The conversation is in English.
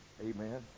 amen